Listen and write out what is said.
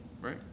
right